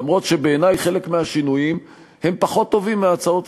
גם אם בעיני חלק מהשינויים הם פחות טובים מההצעות המקוריות.